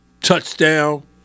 Touchdown